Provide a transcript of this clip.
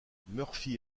murphy